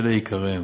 ואלה עיקריהם: